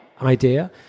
idea